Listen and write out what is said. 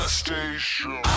station